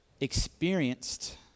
experienced